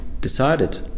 decided